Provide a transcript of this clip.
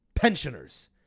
Pensioners